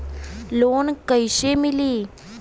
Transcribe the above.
Loan कईसे मिली?